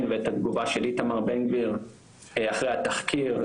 ואת התגובה של איתמר בן גביר אחרי התחקיר,